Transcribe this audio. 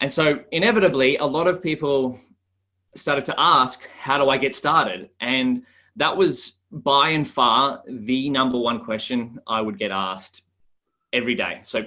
and so inevitably, a lot of people started to ask how do i get started and that was by and far the number one question. i would get asked every day. so